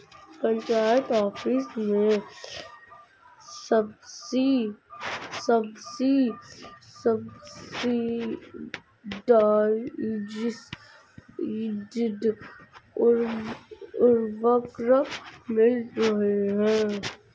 panchayat office में subsidised उर्वरक मिल रहे हैं